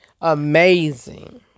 Amazing